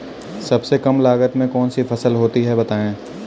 सबसे कम लागत में कौन सी फसल होती है बताएँ?